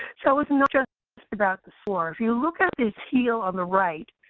so it's not just just about the score. if you look at this heel on the right